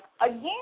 again